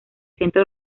centro